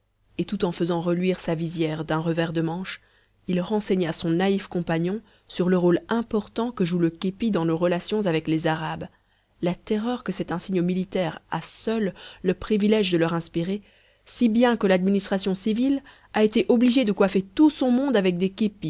et tout en faisant reluire sa visière d'un revers de manche il renseigna son naïf compagnon sur le rôle important que joue le képi dans nos relations avec les arabes la terreur que cet insigne militaire a seul le privilège de leur inspirer si bien que l'administration civile a été obligée de coiffer tout son monde avec des